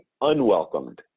unwelcomed